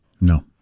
No